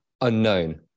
unknown